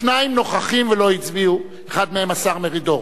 שניים נוכחים ולא הצביעו, אחד מהם השר מרידור.